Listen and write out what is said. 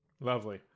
lovely